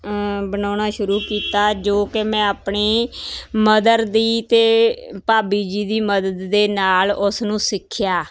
ਬਣਾਉਣਾ ਸ਼ੁਰੂ ਕੀਤਾ ਜੋ ਕਿ ਮੈਂ ਆਪਣੀ ਮਦਰ ਦੀ ਅਤੇ ਭਾਬੀ ਜੀ ਦੀ ਮਦਦ ਦੇ ਨਾਲ ਉਸ ਨੂੰ ਸਿੱਖਿਆ